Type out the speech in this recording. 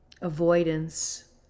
avoidance